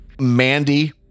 Mandy